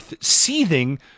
seething